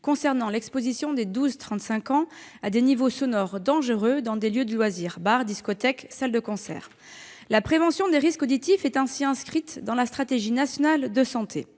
concernant l'exposition des 12-35 ans à des niveaux sonores dangereux dans des lieux de loisirs tels que les bars, les discothèques ou les salles de concert. La prévention des risques auditifs est ainsi inscrite dans la stratégie nationale de santé.